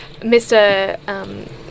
Mr